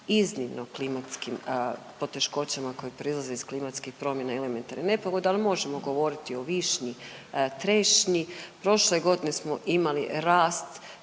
poteškoćama koje proizlaze iz klimatskih promjena i elementarnih nepogoda, ali možemo govoriti o višnji, trešnji. Prošle godine smo imali rast